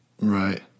Right